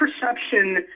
perception